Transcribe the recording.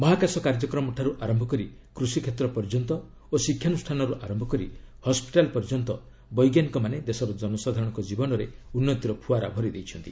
ମହାକାଶ କାର୍ଯ୍ୟକ୍ରମଠାରୁ ଆରମ୍ଭ କରି କୃଷି କ୍ଷେତ୍ର ପର୍ଯ୍ୟନ୍ତ ଓ ଶିକ୍ଷାନୁଷ୍ଠାନରୁ ଆରମ୍ଭ କରି ହସ୍କିଟାଲ୍ ପର୍ଯ୍ୟନ୍ତ ବୈଜ୍ଞାନିକମାନେ ଦେଶର ଜନସାଧାରଣଙ୍କ ଜୀବନରେ ଉନ୍ନତିର ଫୁଆରା ଭରି ଦେଇଛନ୍ତି